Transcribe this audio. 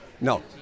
No